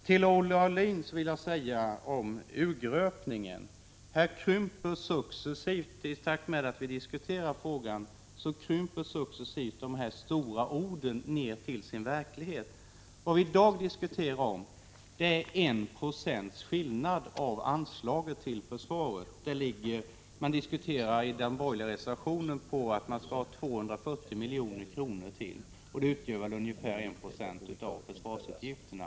Till Olle Aulin vill jag säga följande beträffande urgröpningen. I takt med att vi diskuterar denna fråga krymper de stora orden successivt ned till verklighetens nivå. Vad vi i dag diskuterar är en procents skillnad i anslaget till försvaret. I den borgerliga reservationen 6 yrkas på ytterligare 240 milj.kr., vilket motsvarar ungefär 1 26 av försvarsutgifterna.